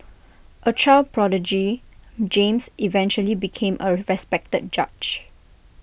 A child prodigy James eventually became A respected judge